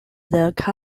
vote